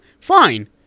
Fine